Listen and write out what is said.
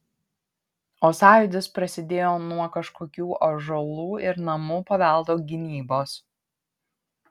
o sąjūdis prasidėjo nuo kažkokių ąžuolų ir namų paveldo gynybos